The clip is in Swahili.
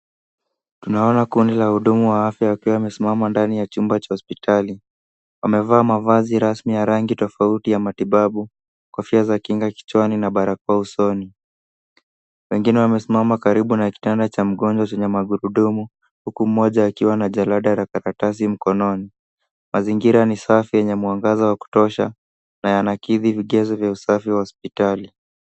Tunaona kundi la wahudumu wa afya wakiwa wamesimama ndani ya chumba cha hospitali. Wamevaa mavazi rasmi ya rangi tofauti ya matibabu, kofia za kinga kichwani na barakoa usoni. Wengine wamesimama karibu na kitanda cha mgonjwa chenye magurudumu huku mmoja akiwa na jalada la karatasi mkononi. Mazingira ni safi yenye mwangaza wa kutosha na yanakidhi vigezo vya usafi wa hospitali.